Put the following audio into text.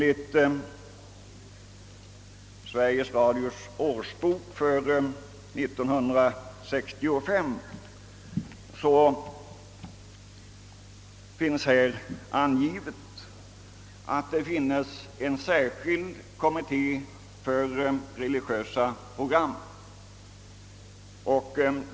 I Sveriges Radios årsbok för 1965 uppges att det finns en särskild kommitté för religiösa program.